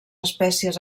espècies